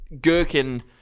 gherkin